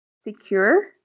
secure